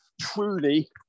truly